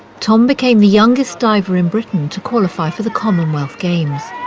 tom became the youngest diver in britain to qualify for the commonwealth games.